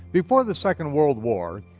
before the second world war,